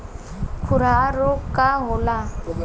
खुरहा रोग का होला?